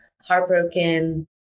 heartbroken